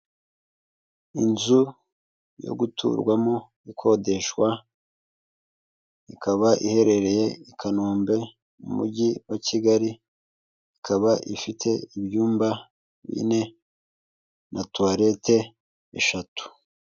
Inzu yo guturwamo ikodeshwa, ikaba iherereye i Kanombe mu mujyi wa Kigali, ikaba ifite ibyumba bine na tuwarete eshatu.